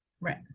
Right